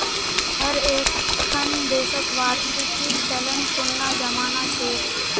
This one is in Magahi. हर एक्खन देशत वार्षिकीर चलन पुनना जमाना छेक